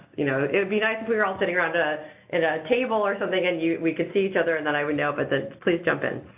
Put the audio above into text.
you know, it would be nice if we were all sitting around a at a table or something, and you we could see each other and then i would know, but then please jump in.